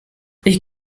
ich